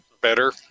better